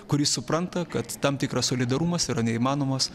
kuris supranta kad tam tikras solidarumas yra neįmanomas